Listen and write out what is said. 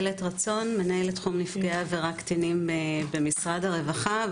מנהלת תחום נפגעי עבירה קטינים במשרד הרווחה.